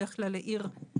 בדרך כלל זה לעיר אחרת,